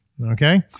Okay